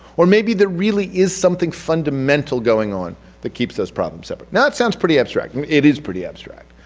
or maybe there really is something fundamental going on that keeps those problems separate. now it sounds pretty abstract. and it is pretty abstract,